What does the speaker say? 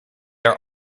are